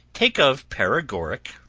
take of paregoric,